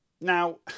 Now